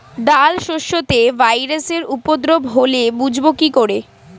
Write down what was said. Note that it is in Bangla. ডাল শস্যতে ভাইরাসের উপদ্রব হলে বুঝবো কি করে?